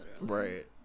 right